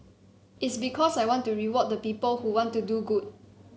it's because I want to reward the people who want to do good